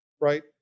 right